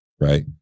right